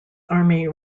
army